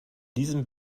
diesem